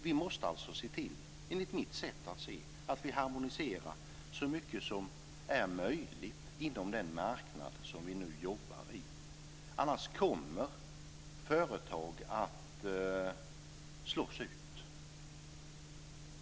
Vi måste alltså, enligt mitt sätt att se, se till att vi harmoniserar så mycket som möjligt inom den marknad som vi nu jobbar på, annars kommer företag att slås ut.